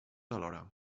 alhora